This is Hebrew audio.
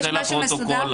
יש משהו מסודר?